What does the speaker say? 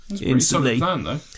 instantly